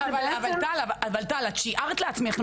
אבל טל, את שיערת לעצמך.